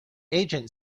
agent